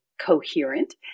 coherent